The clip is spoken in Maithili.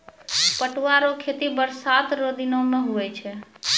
पटुआ रो खेती बरसात रो दिनो मे हुवै छै